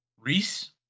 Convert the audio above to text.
Reese